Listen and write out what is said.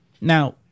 Now